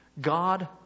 God